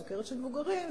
סוכרת של מבוגרים,